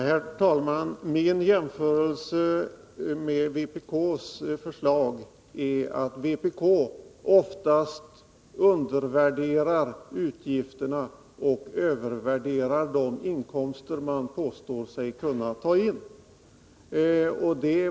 Herr talman! Den granskning av vpk:s förslag som vårt utredningskansli gjorde visar att man inom vpk oftast undervärderar utgifterna och övervärderar de inkomster man påstår sig kunna ta in.